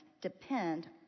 depend